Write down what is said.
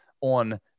on